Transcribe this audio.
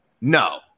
no